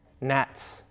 Gnats